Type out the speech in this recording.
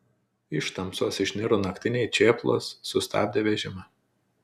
iš tamsos išniro naktiniai čėplos sustabdė vežimą